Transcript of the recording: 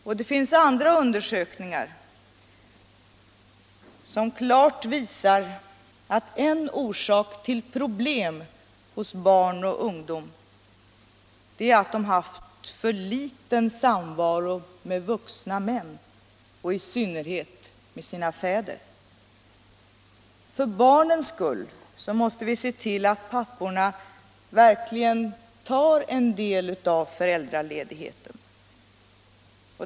Och det finns andra undersökningar som klart visar att en orsak till problem hos barn och ungdomar är att de haft för liten samvaro med vuxna män, i synnerhet med sina fäder. För barnens skull måste vi se till att papporna verkligen tar en del av föräldraledigheten.